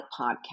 Podcast